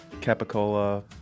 capicola